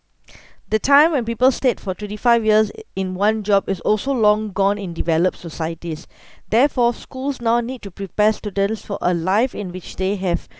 the time when people stayed for twenty five years i~ in one job is also long gone in developed societies therefore schools now need to prepare students for a life in which they have